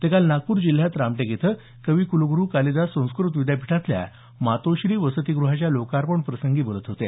ते काल नागपूर जिल्ह्यात रामटेक इथं कवी कुलगुरू कालिदास संस्कृत विद्यापीठातल्या मातोश्री वसतीगृहाच्या लोकार्पण प्रसंगी बोलत होते